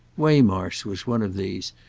waymarsh was one of these,